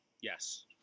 Yes